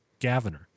Gaviner